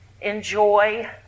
enjoy